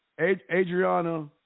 Adriana